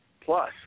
plus